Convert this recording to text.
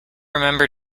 remember